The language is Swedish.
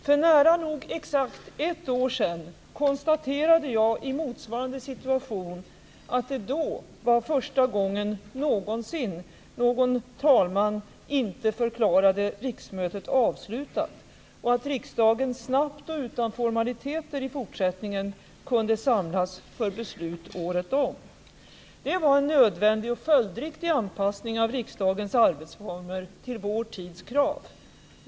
För nära nog exakt ett år sedan konstaterade jag i motsvarande situation att det då var första gången någonsin talmannen inte förklarade riksmötet avslutat och att riksdagen snabbt och utan formaliteter i fortsättningen kunde samlas för beslut året om. Det var en nödvändig och följdriktig anpassning av riksdagens arbetsformer till vår tids krav.